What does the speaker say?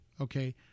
Okay